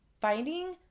finding